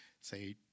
say